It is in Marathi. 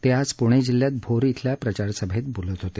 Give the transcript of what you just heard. ते आज पुणे जिल्ह्यात भोर अल्या प्रचारसभेत बोलत होते